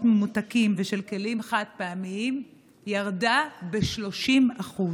ממותקים ושל כלים חד-פעמיים ירדה ב-30%.